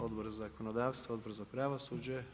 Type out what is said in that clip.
Odbor za zakonodavstvo, Odbor za pravosuđe.